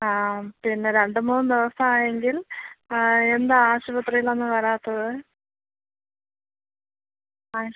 ആ പിന്നെ രണ്ട് മൂന്ന് ദിവസം ആയെങ്കിൽ എന്താ ആശുപത്രിയിൽ ഒന്നും വരാത്തത് ആ